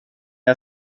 jag